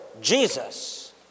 Jesus